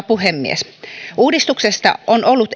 puhemies uudistuksesta on ollut eniten